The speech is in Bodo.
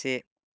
से